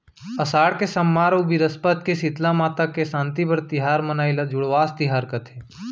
असाड़ के सम्मार अउ बिरस्पत के सीतला माता के सांति बर तिहार मनाई ल जुड़वास तिहार कथें